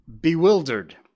bewildered